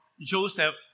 Joseph